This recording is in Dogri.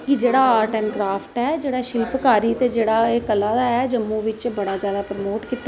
कि जेह्ड़ा आर्ट ऐंजड़ क्राफ्ट ऐ जेह्ड़ी शिल्पकारी ऐ एह् कला जेह्ड़ा जम्मू बिच्च बड़ा जादा प्रमोट कीता जाऐ